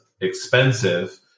expensive